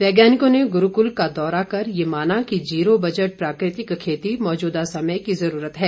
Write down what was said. वैज्ञानिकों ने गुरूकुल का दौरा कर ये माना कि जीरो बजट प्राकृतिक खेती मौजूदा समय की जरूरत है